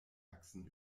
achsen